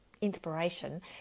inspiration